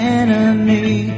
enemy